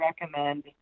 recommend